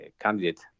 candidate